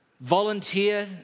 volunteer